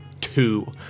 two